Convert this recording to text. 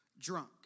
drunk